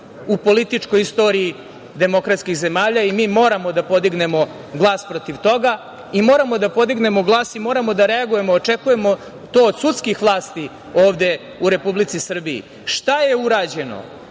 u političko istoriji demokratskih zemalja. Mi moramo da podignemo glas protiv toga i moramo da podignemo glas i moramo da reagujemo, očekujemo to i od sudskih vlasti ovde u Republici Srbiji. Šta je urađeno